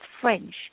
French